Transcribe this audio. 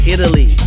Italy